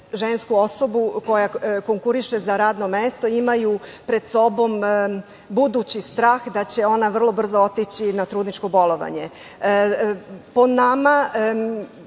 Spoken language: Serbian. žensku osobu koja konkuriše za radno mesto imaju pred sobom budući strah da će ona vrlo brzo otići na trudničko bolovanje. Po nama